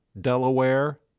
Delaware